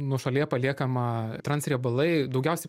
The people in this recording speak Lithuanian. nuošalyje paliekama transriebalai daugiausia